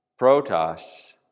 Protos